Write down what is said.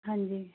ਹਾਂਜੀ